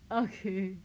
okay